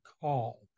call